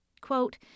Quote